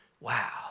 Wow